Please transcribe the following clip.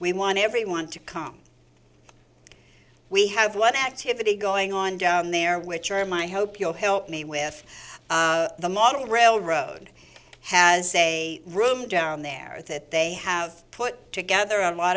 we want everyone to come we have one activity going on down there which are my hope you'll help me with the model railroad has a room down there that they have put together on a lot